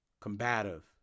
combative